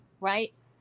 right